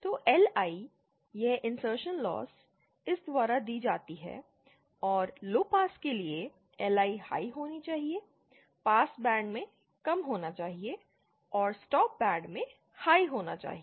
तो LI यह insertional loss इस द्वारा दी जाती है और लो पास फिल्टर के लिए LI हाई होना चाहिए पासबैंड में कम होना चाहिए और स्टॉप बैंड में हाई होना चाहिए